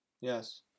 Yes